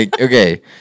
okay